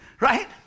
right